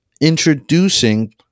introducing